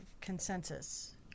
consensus